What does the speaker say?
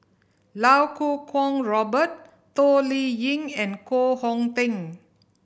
Iau Kuo Kwong Robert Toh Liying and Koh Hong Teng